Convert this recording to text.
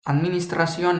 administrazioan